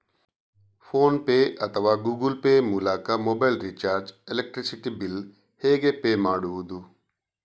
Phone pay ಅಥವಾ Google Pay ಮೂಲಕ mobile recharge, electricity bill ಹೇಗೆ ಪೇ ಮಾಡುವುದು?